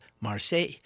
Marseille